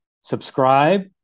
subscribe